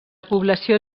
població